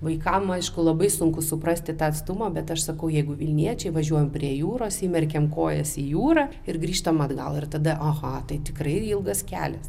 vaikam aišku labai sunku suprasti tą atstumą bet aš sakau jeigu vilniečiai važiuojam prie jūros įmerkiam kojas į jūrą ir grįžtam atgal ir tada aha tai tikrai ilgas kelias